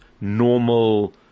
normal –